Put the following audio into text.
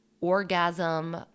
Orgasm